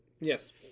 Yes